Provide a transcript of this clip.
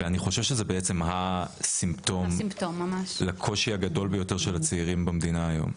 ואני חושב שזה בעצם הסימפטום לקושי הגדול של הצעירים במדינה היום.